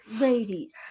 ladies